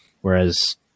whereas